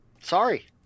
Sorry